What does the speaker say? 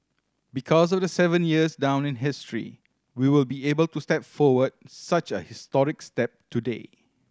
because of the seven years down in history we will be able to step forward such a historic step today